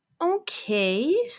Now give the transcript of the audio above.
Okay